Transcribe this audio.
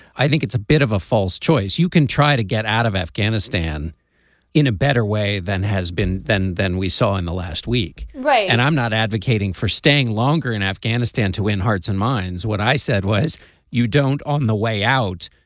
i think it's a bit of a false choice you can try to get out of afghanistan in a better way than has been than than we saw in the last week. right. and i'm not advocating for staying longer in afghanistan to win hearts and minds what i said was you don't. on the way out.